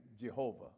Jehovah